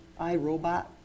iRobot